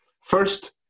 First